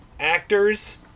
actors